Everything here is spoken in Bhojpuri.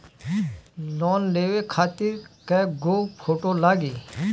लोन लेवे खातिर कै गो फोटो लागी?